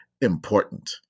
important